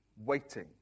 waiting